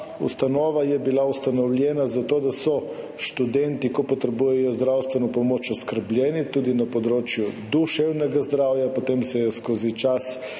ustanova je bila ustanovljena zato, da so študenti, ko potrebujejo zdravstveno pomoč, oskrbljeni tudi na področju duševnega zdravja, potem se je skozi čas